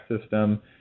system